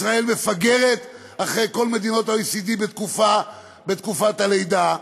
ישראל מפגרת אחרי כל מדינות ה-OECD בתקופת הלידה.